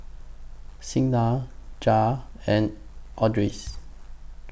Signa Jahir and Andres